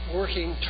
working